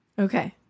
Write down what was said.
okay